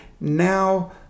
Now